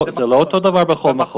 זה לא אותו דבר בכל מחוז.